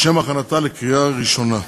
לשם הכנתה לקריאה ראשונה.